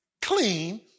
clean